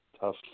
tough